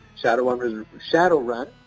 Shadowrun